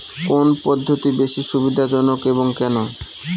কোন পদ্ধতি বেশি সুবিধাজনক এবং কেন?